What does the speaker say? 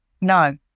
No